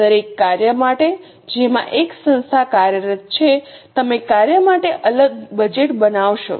દરેક કાર્ય માટે જેમાં એક સંસ્થા કાર્યરત છે તમે કાર્ય માટે એક અલગ બજેટ બનાવશો